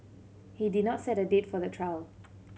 he did not set a date for the trial